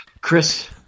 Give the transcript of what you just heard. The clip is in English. Chris